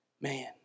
Man